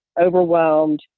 overwhelmed